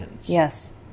yes